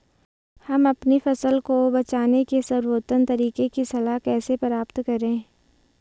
हम अपनी फसल को बचाने के सर्वोत्तम तरीके की सलाह कैसे प्राप्त करें?